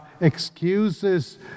excuses